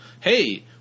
Hey